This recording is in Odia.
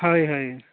ହଏ ହଏ